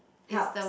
helps